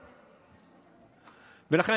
לכן,